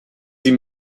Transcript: sie